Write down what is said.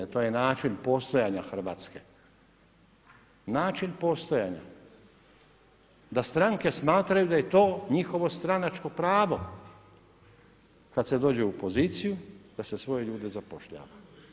To je način postojanja Hrvatske, način postojanja, da stranke smatraju da je to njihovo stranačko pravo kada se dođe u poziciju da se svoje ljude zapošljava.